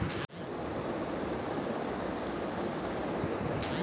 বিভিন্ন সামুদ্রিক প্রাণীদের জেনেটিক মডিফিকেশন করা হয়